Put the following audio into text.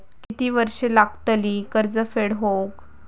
किती वर्षे लागतली कर्ज फेड होऊक?